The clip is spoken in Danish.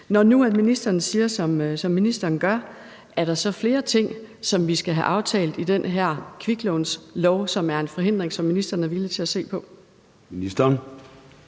så, når ministeren nu siger, som ministeren gør, flere ting i den her kviklånslov, som er en forhindring, som ministeren er villig til at se på,